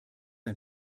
ein